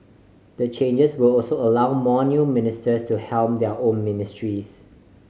the changes will also allow more new ministers to helm their own ministries